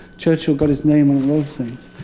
churchill got his name on a lot of things.